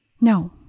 No